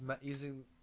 using